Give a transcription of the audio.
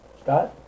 Scott